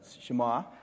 Shema